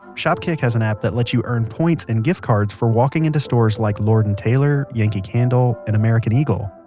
shopkick has an app that lets you earn points and gift cards for walking into stores like lord and taylor, yankee candle and american eagle.